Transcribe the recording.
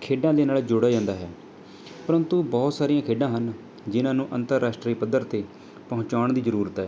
ਖੇਡਾਂ ਦੇ ਨਾਲ ਜੋੜਿਆ ਜਾਂਦਾ ਹੈ ਪ੍ਰੰਤੂ ਬਹੁਤ ਸਾਰੀਆਂ ਖੇਡਾਂ ਹਨ ਜਿਨ੍ਹਾਂ ਨੂੰ ਅੰਤਰਰਾਸ਼ਟਰੀ ਪੱਧਰ 'ਤੇ ਪਹੁੰਚਾਉਣ ਦੀ ਜ਼ਰੂਰਤ ਹੈ